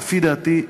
לדעתי,